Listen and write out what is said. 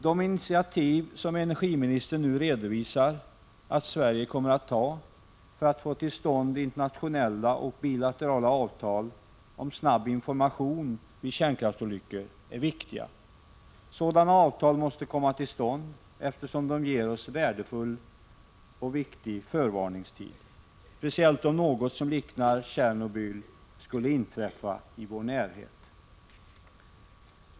De initiativ som energiministern nu redovisar att Sverige kommer att ta för att få till stånd internationella och bilaterala avtal om snabb information vid kärnkraftsolyckor är viktiga. Sådana avtal måste komma till stånd, eftersom de ger oss värdefull förvarningstid, speciellt om något som liknar Tjernobylolyckan skulle inträffa i vår närhet.